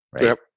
right